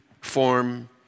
form